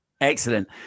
excellent